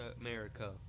America